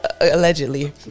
allegedly